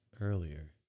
earlier